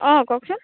অঁ কওকচোন